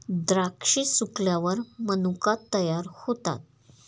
द्राक्षे सुकल्यावर मनुका तयार होतात